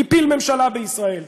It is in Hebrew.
הפיל ממשלה בישראל.